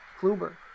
Kluber